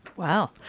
Wow